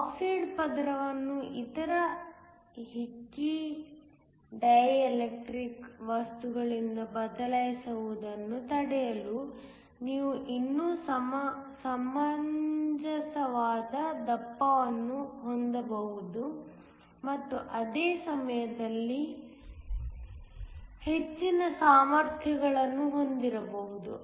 oxide ಪದರವನ್ನು ಇತರ ಹಿಕ್ಕಿ ಡೈಎಲೆಕ್ಟ್ರಿಕ್ ವಸ್ತುಗಳಿಂದ ಬದಲಾಯಿಸುವುದನ್ನು ತಡೆಯಲು ನೀವು ಇನ್ನೂ ಸಮಂಜಸವಾದ ದಪ್ಪವನ್ನು ಹೊಂದಬಹುದು ಮತ್ತು ಅದೇ ಸಮಯದಲ್ಲಿ ಹೆಚ್ಚಿನ ಸಾಮರ್ಥ್ಯಗಳನ್ನು ಹೊಂದಿರಬಹುದು